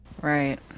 Right